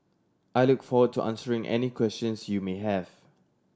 I look forward to answering any questions you may have